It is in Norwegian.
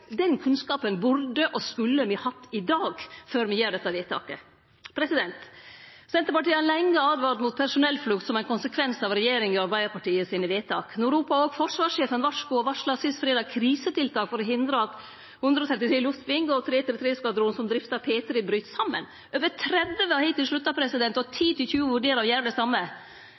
skulle me hatt i dag – før me gjer dette vedtaket. Senterpartiet har lenge åtvara mot personellflukt som ein konsekvens av regjeringa og Arbeidarpartiet sine vedtak. No ropar òg forsvarssjefen varsko. Han varsla sist fredag krisetiltak for å hindre at 133 Luftving og 333 skvadron som driftar P-3, bryt saman. Over 30 har hittil slutta, og 10 til 20 vurderer å gjere det same.